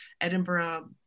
edinburgh